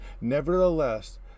Nevertheless